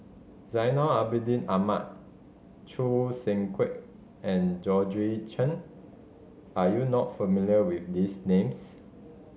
Zainal Abidin Ahmad Choo Seng Quee and Georgette Chen are you not familiar with these names